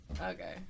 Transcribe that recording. Okay